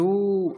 והוא,